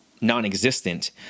non-existent